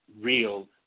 real